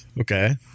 Okay